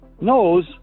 knows